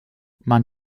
man